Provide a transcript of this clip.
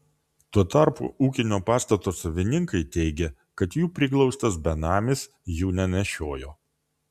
tuo tarpu ūkinio pastato savininkai teigė kad jų priglaustas benamis jų nenešiojo